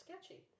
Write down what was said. sketchy